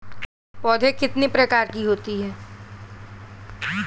पौध कितने प्रकार की होती हैं?